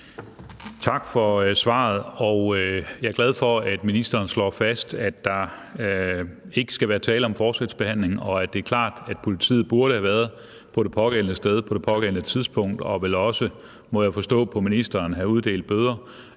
Tak for svaret. Jeg er glad for, at ministeren slår fast, at der ikke skal være tale om forskelsbehandling, og at det er klart, at politiet burde have været på det pågældende sted på det pågældende tidspunkt og vel også, må jeg forstå på ministeren, burde have uddelt bøder,